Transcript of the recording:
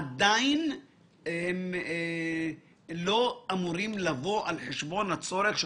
הם לא אמורים לבוא על חשבון הצורך של